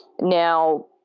Now